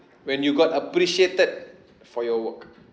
when you got appreciated for your work